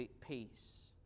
peace